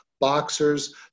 boxers